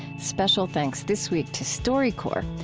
special thanks this week to storycorps.